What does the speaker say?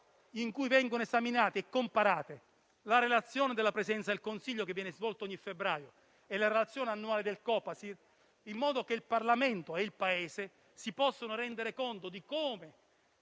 in cui vengano esaminate e comparate la relazione della Presidenza del Consiglio che viene svolta ogni anno a febbraio e la relazione annuale del Copasir, in modo che il Parlamento e il Paese si possano rendere conto di come